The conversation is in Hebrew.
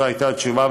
זו הייתה התשובה,